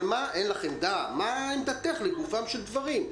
אבל מה עמדתך לגופם של דברים?